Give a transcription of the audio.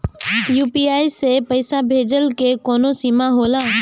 UPI से पईसा भेजल के कौनो सीमा होला?